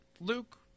Luke